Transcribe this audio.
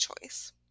choice